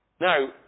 Now